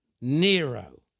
Nero